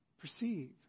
perceive